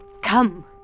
Come